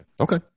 Okay